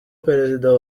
perezida